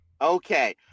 Okay